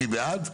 מי בעד?